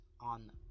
on